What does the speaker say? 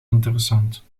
interessant